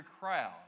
crowd